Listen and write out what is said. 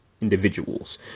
individuals